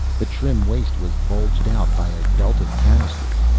the trim waist was bulged out by a belt of canisters.